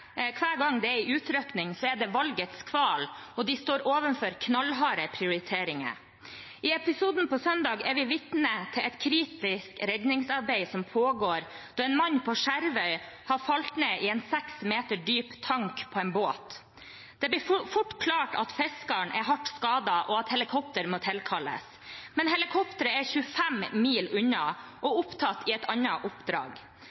gang det er en utrykning, er det valgets kval, og de står overfor knallharde prioriteringer. I episoden på søndag er vi vitne til et kritisk redningsarbeid som pågår, der en mann på Skjervøy har falt ned i en seks meter dyp tank på en båt. Det blir fort klart at fiskeren er hardt skadet, og at helikopter må tilkalles. Men helikopteret er 25 mil unna og opptatt i et annet oppdrag.